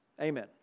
Amen